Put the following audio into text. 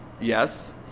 yes